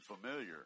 familiar